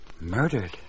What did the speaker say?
Murdered